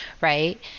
right